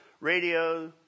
radio